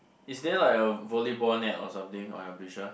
is there like a volleyball net or something on your picture